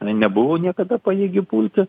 jinai nebuvau niekada pajėgi pulti